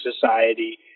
Society